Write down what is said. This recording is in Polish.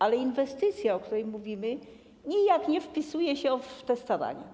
Ale inwestycja, o której mówimy, nijak nie wpisuje się w te starania.